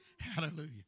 Hallelujah